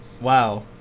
wow